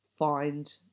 Find